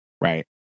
Right